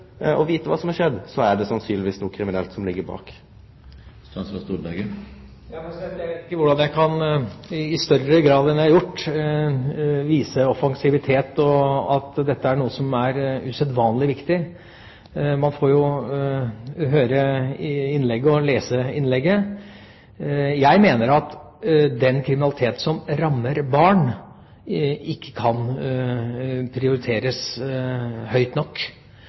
hvordan jeg i større grad enn hva jeg har gjort, kan vise offensivitet, og at dette er noe som er usedvanlig viktig. Man får høre innlegget og lese innlegget. Jeg mener at kriminalitet som rammer barn, ikke kan prioriteres høyt nok.